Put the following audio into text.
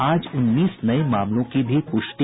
आज उन्नीस नये मामलों की पुष्टि